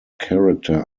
character